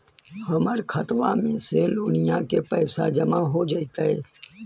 हमर खातबा में से लोनिया के पैसा जामा हो जैतय?